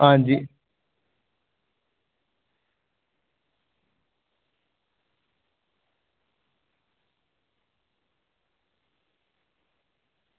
आं जी